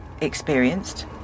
experienced